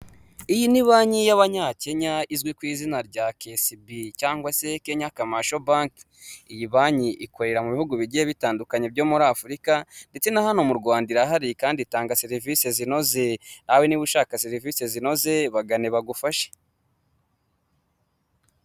Iyi ni banki y'abanyakenya izwi ku izina rya kesibi cyangwa se kenya kamasho bank iyi banki ikorera mu bihugu bigiye bitandukanye byo muri afurika ndetse na hano mu Rwanda irahari kandi itanga serivisi zinoze aho niba ushaka serivisi zinoze bagane bagufashe.